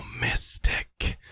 mystic